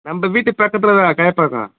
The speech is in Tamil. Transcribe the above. நம்ம வீட்டு பக்கத்தில் தான் கயப்பாக்கம்